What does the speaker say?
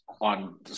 on